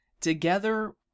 together